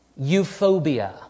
euphobia